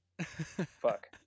fuck